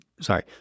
sorry